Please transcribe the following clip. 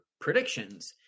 predictions